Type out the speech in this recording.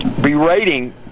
berating